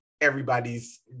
everybody's